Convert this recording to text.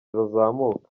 bazamuka